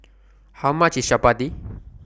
How much IS Chapati